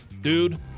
Dude